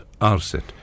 Arset